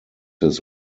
his